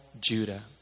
Judah